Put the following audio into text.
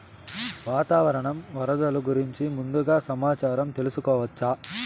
వాతావరణం వరదలు గురించి ముందుగా సమాచారం తెలుసుకోవచ్చా?